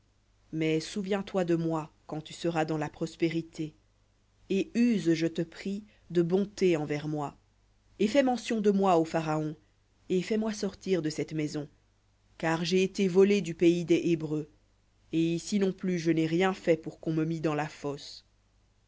mais souviens-toi de moi quand tu seras dans la prospérité et use je te prie de bonté envers moi et fais mention de moi au pharaon et fais-moi sortir de cette maison car j'ai été volé du pays des hébreux et ici non plus je n'ai rien fait pour qu'on me mît dans la fosse